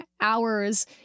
hours